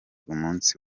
umunsi